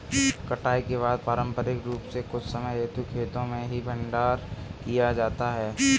कटाई के बाद पारंपरिक रूप से कुछ समय हेतु खेतो में ही भंडारण किया जाता था